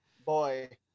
Boy